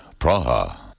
Praha